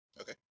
Okay